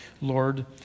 Lord